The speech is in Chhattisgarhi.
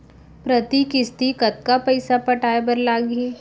प्रति किस्ती कतका पइसा पटाये बर लागही?